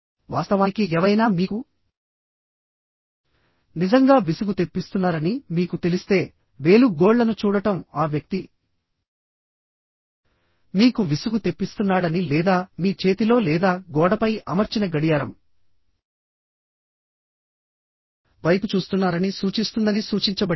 వాస్తవానికి ఎవరైనా మీకు నిజంగా విసుగు తెప్పిస్తున్నారని మీకు తెలిస్తే వేలు గోళ్ళను చూడటం ఆ వ్యక్తి మీకు విసుగు తెప్పిస్తున్నాడని లేదా మీ చేతిలో లేదా గోడపై అమర్చిన గడియారం వైపు చూస్తున్నారని సూచిస్తుందని సూచించబడింది